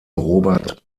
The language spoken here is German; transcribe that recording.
robert